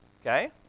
Okay